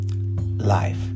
life